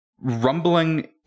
rumbling